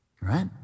right